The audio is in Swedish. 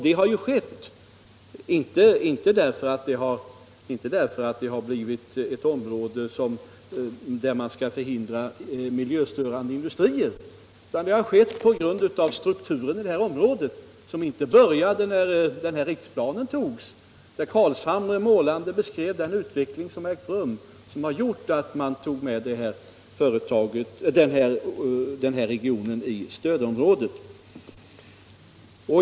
Det har ju inte skett därför att det har blivit ett område där man skall förhindra miljöstörande industrier, utan det har skett på grund av strukturen i detta område. Denna utveckling började inte när riksplanen togs. Herr Carlshamre beskrev målande den utveckling som har ägt rum och som har gjort att man tog med denna region i stödområdet.